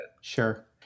Sure